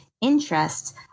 interests